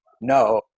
no